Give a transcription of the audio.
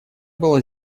было